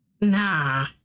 Nah